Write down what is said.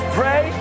pray